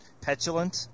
petulant